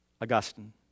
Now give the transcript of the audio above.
Augustine